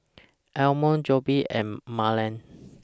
Ammon Jobe and Marland